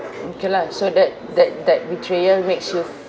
okay lah so that that that betrayal makes you